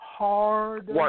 Hard